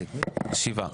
שבעה.